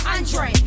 Andre